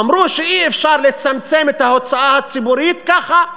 אמרו שאי-אפשר לצמצם את ההוצאה הציבורית ככה,